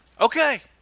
okay